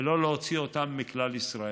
ולא להוציא אותם מכלל ישראל.